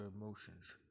emotions